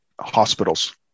hospitals